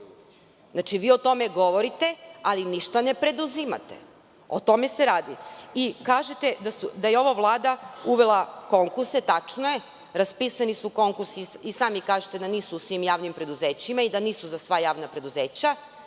smenjen? Vi o tome govorite, ali ništa ne preduzimate. O tome se radi. Kažete da je ova vlada uvela konkurse. Tačno je, raspisani su konkursi. I sami kažete da nisu u svim javnim preduzećima i da nisu za sva javna preduzeća,